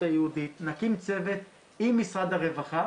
היהודית נקים צוות עם משרד הרווחה